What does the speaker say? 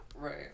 Right